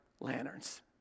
lanterns